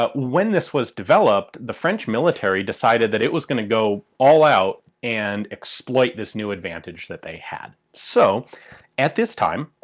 ah when this was developed the french military decided that it was going to go all out and exploit this new advantage that they had. so at this time.